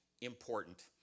important